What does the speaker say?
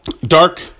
dark